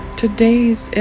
today's